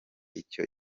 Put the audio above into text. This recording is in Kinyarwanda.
icyo